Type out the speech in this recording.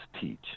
teach